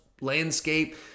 landscape